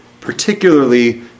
particularly